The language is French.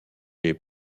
est